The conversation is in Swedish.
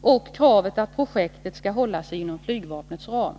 och kravet att projektet skall hålla sig inom flygvapnets ram.